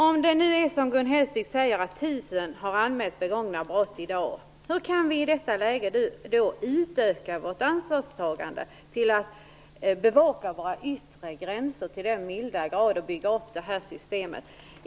Om det nu är så som Gun Hellsvik säger att 1 000 har anmält begångna brott i dag, hur kan vi i detta läge utöka vårt ansvarstagande till att bevaka våra yttre gränser till en så hög grad och bygga upp det här systemet?